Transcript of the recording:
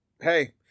hey